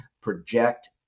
project